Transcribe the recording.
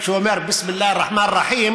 כשהוא אומר בסם אללה א-רחמאן א-רחים